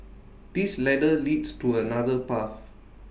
this ladder leads to another path